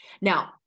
Now